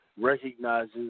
recognizes